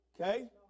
okay